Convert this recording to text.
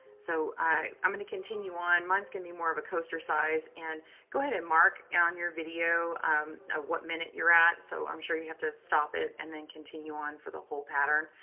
so i'm going to continue on. mine's going to be more of a coaster size. and go ahead and mark on your video what minute you're at. so i'm sure you have to stop it and then continue on for the whole pattern,